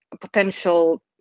potential